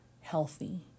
healthy